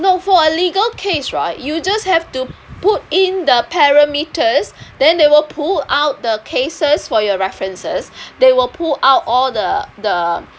no for a legal case right you just have to put in the parameters then they will pull out the cases for your references they will pull out all the the